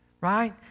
Right